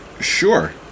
sure